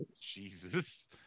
jesus